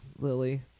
lily